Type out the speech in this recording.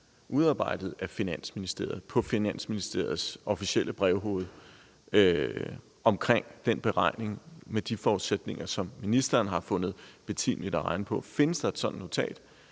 udarbejdet af Finansministeriet på Finansministeriets officielle brevpapir om den beregning med de forudsætninger, som ministeren har fundet betimeligt at regne på. Findes der et sådant notat?